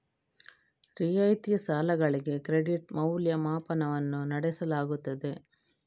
ರಿಯಾಯಿತಿ ಸಾಲಗಳಿಗೆ ಕ್ರೆಡಿಟ್ ಮೌಲ್ಯಮಾಪನವನ್ನು ನಡೆಸಲಾಗುತ್ತದೆ